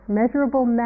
measurable